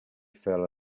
fell